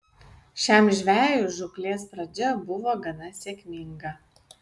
šiam žvejui žūklės pradžia buvo gana sėkminga